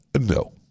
no